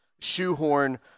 shoehorn